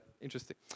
Interesting